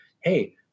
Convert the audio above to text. hey